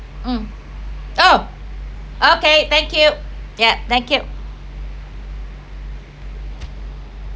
mm oh okay thank you yup thank you